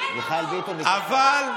אבל,